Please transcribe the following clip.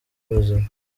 bazima